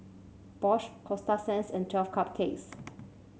Bosch Coasta Sands and Twelve Cupcakes